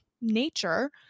nature